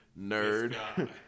Nerd